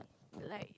like